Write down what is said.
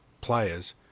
players